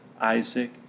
Isaac